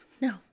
No